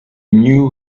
knew